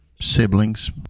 siblings